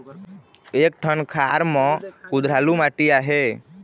एक ठन खार म कुधरालू माटी आहे?